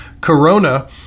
corona